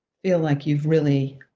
feel like you've really